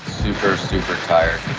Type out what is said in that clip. super super tired.